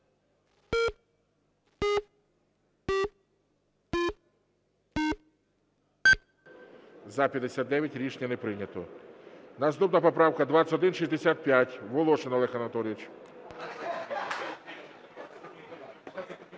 За-59 Рішення не прийнято. Наступна поправка 2165. Волошин Олег Анатолійович.